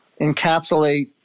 encapsulate